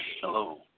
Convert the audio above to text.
Hello